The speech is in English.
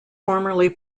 formerly